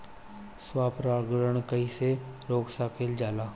स्व परागण कइसे रोकल जाला?